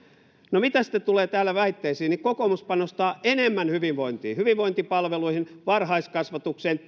no mitä sitten tulee täällä esitettyihin väitteisiin kokoomus panostaa enemmän hyvinvointiin hyvinvointipalveluihin varhaiskasvatukseen